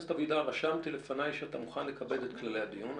רשמתי לפניי שאתה מוכן לכבד את כללי הדיון.